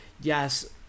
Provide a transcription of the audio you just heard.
yes